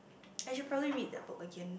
I should probably read that book again